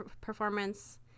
performance